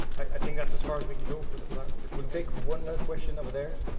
i think that's as far as we can go for the but for the we'll take one last question over there,